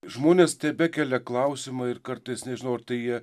žmonės tebekelia klausimą ir kartais nežinau ar tai jie